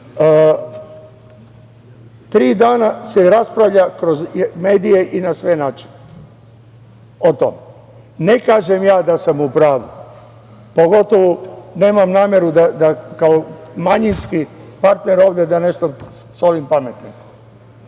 dana se raspravlja kroz medije i na sve načine o tome. Ne kažem ja da sam u pravu, pogotovu nemam nameru da kao manjinski partner solim pamet ovde.